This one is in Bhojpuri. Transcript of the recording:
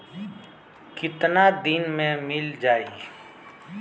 कितना दिन में मील जाई?